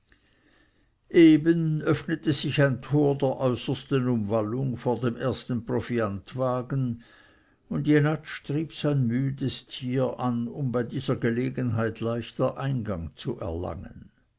eben öffnete sich ein tor der äußersten umwallung vor dem ersten proviantwagen und jenatsch trieb sein müdes tier an um bei dieser gelegenheit leichter eingang zu erlangen